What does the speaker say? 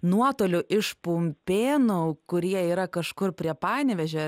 nuotoliu iš pumpėnų kurie yra kažkur prie panevėžio